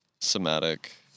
somatic